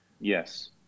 Yes